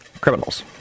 criminals